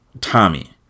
Tommy